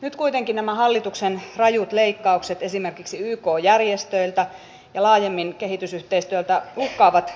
nyt kuitenkin nämä hallituksen rajut leikkaukset esimerkiksi yk järjestöiltä ja laajemmin kehitysyhteistyöltä uhkaavat